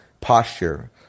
posture